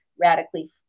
radically